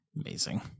Amazing